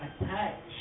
attached